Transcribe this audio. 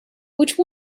which